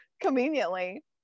Conveniently